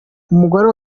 umugore